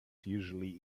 usually